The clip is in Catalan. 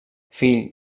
fill